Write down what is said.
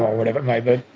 whatever it may be.